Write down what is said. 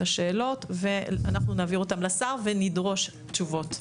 השאלות ואנחנו נעביר אותן לשר ונדרוש תשובות,